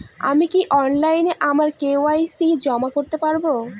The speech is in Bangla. আমি কি অনলাইন আমার কে.ওয়াই.সি জমা করতে পারব?